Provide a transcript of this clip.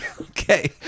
Okay